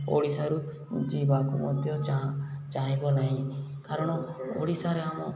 ଓଡ଼ିଶାରୁ ଯିବାକୁ ମଧ୍ୟ ଚାହିଁବ ନାହିଁ କାରଣ ଓଡ଼ିଶାରେ ଆମ